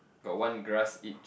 got one grass each